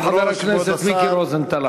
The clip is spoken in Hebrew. אחריו, חבר הכנסת מיקי רוזנטל.